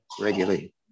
regularly